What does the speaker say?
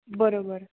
बरोबर